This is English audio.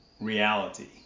reality